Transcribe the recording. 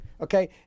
Okay